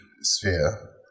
sphere